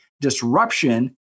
disruption